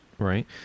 Right